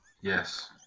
Yes